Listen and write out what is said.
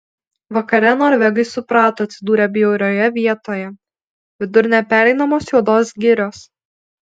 vakare norvegai suprato atsidūrę bjaurioje vietoje vidur nepereinamos juodos girios